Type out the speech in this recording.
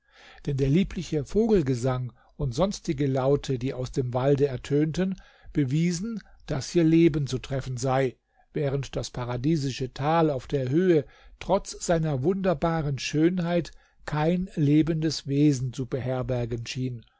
denn der liebliche vogelgesang und sonstige laute die aus dem walde ertönten bewiesen daß hier leben zu treffen sei während das paradiesische tal auf der höhe trotz seiner wunderbaren schönheit kein lebendes wesen zu beherbergen schien